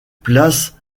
place